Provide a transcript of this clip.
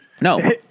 no